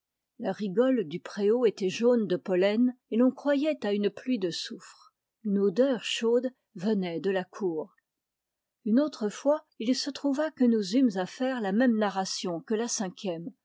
la rigole du préau était jaune de pollen et l'on croyait à une pluie de soufre une odeur chaude venait de la cour une autre fois il se trouva que nous eûmes à faire la même narration que la cinquième